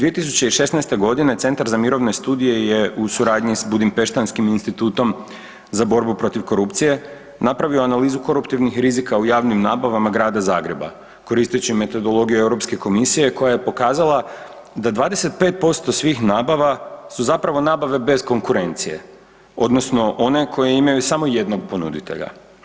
2016. g. centar za mirovne studije je u suradnji s budimpeštanskim institutom za borbu protiv korupcije napravio analizu koruptivnih rizika u javnim nabavama grada Zagreba, koristeći metodologiju EU komisije koja je pokazala da 25% svih nabava su zapravo nabave bez konkurencije, odnosno one koje imaju samo jednog ponuditelja.